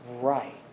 right